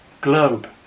globe